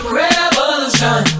revolution